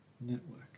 network